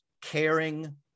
caring